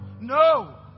No